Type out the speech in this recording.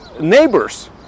neighbors